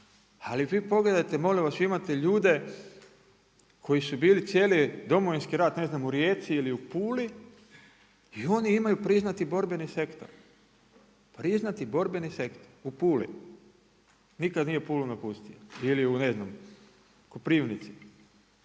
ali vi pogledajte, molim vas, vi imate ljude koji su bili cijeli Domovinski rat ne znam u Rijeci ili u Puli i oni imaju priznati borbeni sektor, priznati borbeni sektor, u Puli. Nikad nije Pulu napustio ili u ne znam Koprivnici.